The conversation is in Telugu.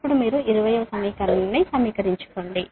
ఇప్పుడు మీరు 20 ను సమీకరించుకోండి